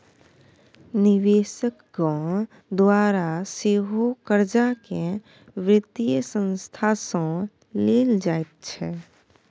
निवेशकक द्वारा सेहो कर्जाकेँ वित्तीय संस्था सँ लेल जाइत छै